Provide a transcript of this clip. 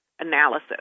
analysis